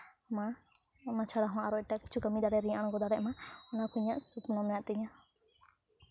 ᱢᱟ ᱚᱱᱟ ᱪᱷᱟᱲᱟ ᱦᱚᱸ ᱟᱨᱚ ᱮᱴᱟᱜ ᱠᱤᱪᱷᱩ ᱠᱟᱹᱢᱤ ᱫᱟᱲᱮ ᱟᱬᱜᱚ ᱫᱟᱲᱮᱜ ᱢᱟ ᱚᱱᱟ ᱠᱚ ᱤᱧᱟᱹᱜ ᱥᱚᱯᱱᱚ ᱢᱮᱱᱟᱜ ᱛᱤᱧᱟᱹ